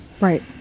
right